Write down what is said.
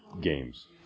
Games